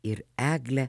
ir eglę